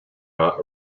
not